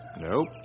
Nope